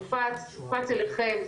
הופץ אליכם,